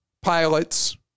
pilots